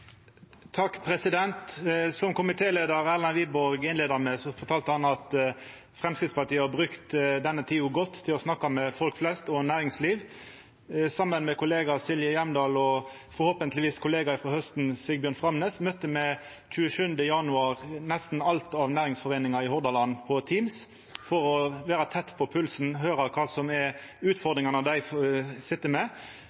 Som komitéleiar Erlend Wiborg innleia med, har Framstegspartiet brukt denne tida godt til å snakka med folk flest og næringsliv. Saman med kollega Silje Hjemdal og forhåpentlegvis ny kollega frå hausten av Sigbjørn Framnes møtte me den 27. januar nesten alt av næringsforeiningar i Hordaland på Teams for å vera tett på pulsen og høyra kva som er